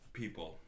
people